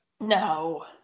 No